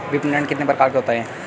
विपणन कितने प्रकार का होता है?